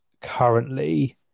currently